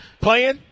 Playing